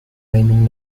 naming